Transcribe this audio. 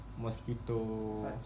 mosquito